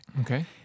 Okay